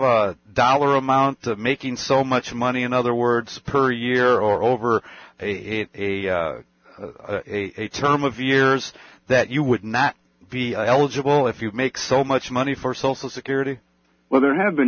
the dollar amount to making so much money in other words per year or over a term of years that you would not be eligible if you make so much money for social security well there has been